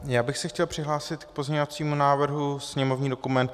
Já bych se chtěl přihlásit k pozměňovacímu návrhu, sněmovní dokument 2595.